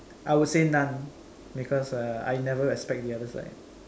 I will say none because uh I never expect the other side